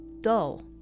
dull